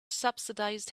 subsidized